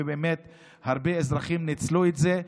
ובאמת הרבה אזרחים ניצלו את זה.